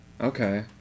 okay